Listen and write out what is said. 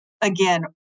Again